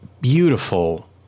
beautiful